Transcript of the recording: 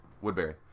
Woodbury